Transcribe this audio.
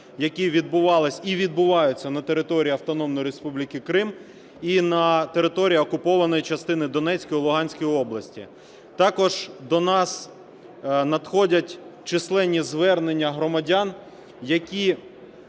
які відбувалися і відбуваються на території Автономної Республіки Крим, і на території окупованої частини Донецької, Луганської областей. Також до нас надходять численні звернення громадян, які